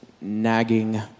nagging